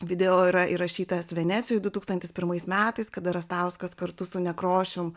video yra įrašytas venecijoj du tūkstantis pirmais metais kada rastauskas kartu su nekrošium